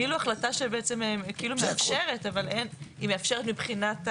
זאת כאילו החלטה שמאפשרת מבחינת החשמל,